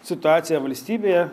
situaciją valstybėje